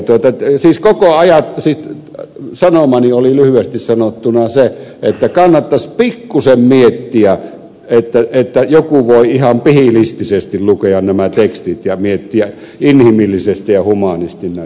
elikkä siis sanomani oli lyhyesti sanottuna se että kannattaisi pikkuisen miettiä että joku voi ihan pihilistisesti lukea nämä tekstit ja miettiä inhimillisesti ja humaanisti näitä asioita